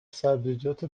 سبزیجات